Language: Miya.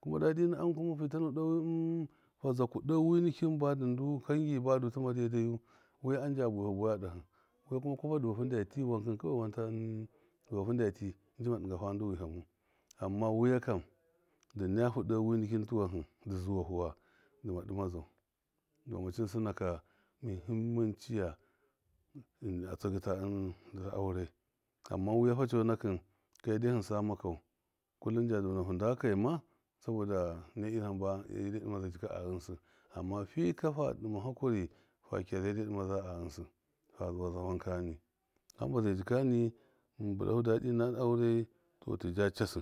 kuma dadi na am kuma fi tana de wi ṫn fa zaku de wi nikin bada ndu kangi badu tɨma daidaiyu wiya am nja bawaifu bawaya dahɨ wiya kuma kwapa dɨ vafu nda tii, wankɨn kawai wan kilin kanlai wan ta ɨndɨ vafu nda fii ndima dɨnga fal nda wihami amma wiya kam, dɨ nayafu dewi nikin tuwahɨ dɨ zuwafu was dɨma dɨma zai, demacɨn sɨna ka muhɨm man ciya a tsɨgɨ ta ɨn aure amma wiya fa cɔnakɨn kai dai hɨnsa makau, kullum nda dɔnafu nda kai ma abɔ hai hamba yedde dɨmaza jika a ghɨnsɨ! Amma fika fa dima hakini, fa kiya yadde a dɨma za jika a, ghɨnsɨ amma fika fa dɨma hakuri fa kiya yadde dɨmaza a ghɨnsɨ fa zuwaza wankani hamba zai jikɨni mɨn bɨlafe dadɨ na aure tɔ tija cassi.